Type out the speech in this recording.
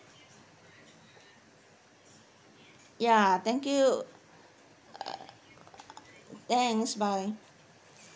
ya thank you thanks bye